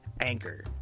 Anchor